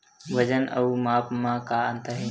वजन अउ माप म का अंतर हे?